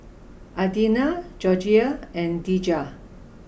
Adina Georgiann and Dejah